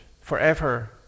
forever